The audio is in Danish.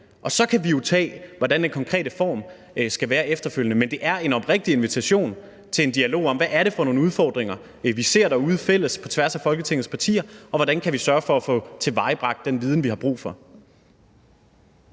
tage det med, hvordan den konkrete form skal være. Men det er en oprigtig invitation til en dialog om, hvad det er for nogle udfordringer, vi ser derude fælles på tværs af Folketingets partier – og hvordan kan vi sørge for at få tilvejebragt den viden, vi har brug for?